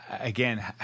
again